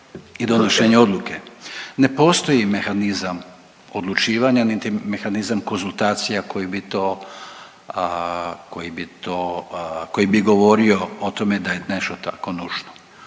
i donošenje odluke, ne postoji mehanizam odlučivanja niti mehanizam konzultacija koji bi to, koji bi to, koji bi govorio o tome da je nešto takvo nužno.